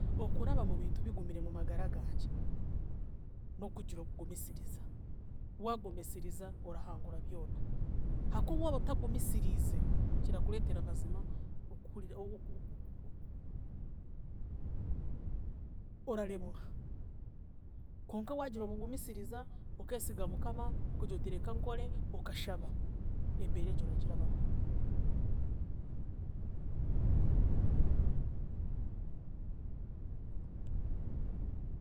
Okuraba mu bintu bigumire mumagara gangye, n'okugira obugumisiiriza, waagumisiriza, orahangura byona hakuba waaba otagumisiriize, kirakureetera mazima okuhurira oraremwa konka waagira obugumisiriza, okeesiga Mukama, okagira oti reka nkore, okashaba, embeera egyo oragirabamu.